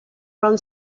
run